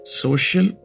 social